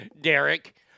Derek